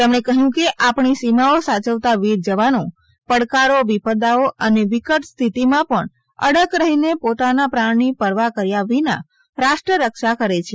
તેમણે કહ્યું કે આપણી સીમાઓ સાયવતા વીર જવાનો પડકારો વિપદાઓ અને વિકટ સ્થિતિમાં પણ અડગ રહીને પોતાના પ્રાણની પરવા કર્યા વિના રાષ્ટ્ર રક્ષા કરે છે